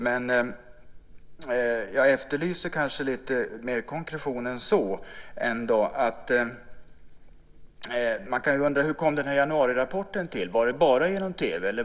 Men jag efterlyser lite mer konkretion än så. Man kan undra hur januarirapporten kom till. Var det bara genom TV?